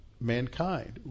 mankind